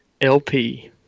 LP